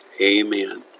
Amen